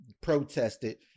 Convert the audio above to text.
protested